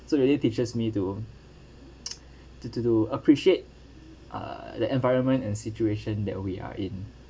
so really teaches me to to to to appreciate uh that environment and situation that we are in